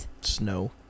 snow